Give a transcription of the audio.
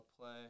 play